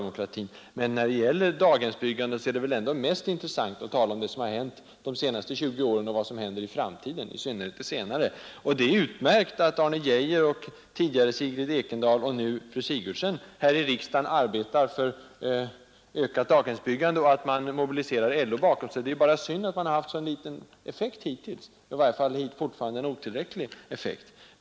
Men när det gäller daghemsbyggandet är det mera intressant att tala om vad som hänt under de senaste 20 åren, och alldeles speciellt vad som händer i framtiden. Det är utmärkt att fru Sigrid Ekendahl tidigare och Arne Geijer och fru Sigurdsen nu här i riksdagen har arbetat och arbetar för ett ökat daghemsbyggande och då mobiliserar upp LO. Det är bara synd att det hittills har haft så liten — och ännu otillräcklig — effekt.